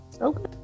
okay